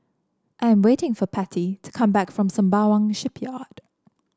I am waiting for Patty to come back from Sembawang Shipyard